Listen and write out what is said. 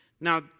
Now